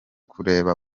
kureba